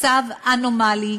מצב אנומלי,